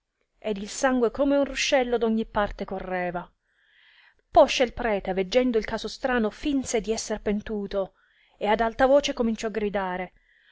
ed il sangue come un ruscello d ogni parte correva poscia il prete veggendo il caso strano finse di esser pentuto e ad alta voce cominciò gridare